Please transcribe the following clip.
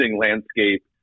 landscape